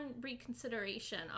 reconsideration